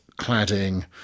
cladding